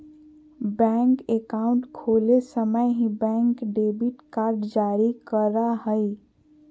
bank account खोले समय ही, बैंक डेबिट कार्ड जारी करा हइ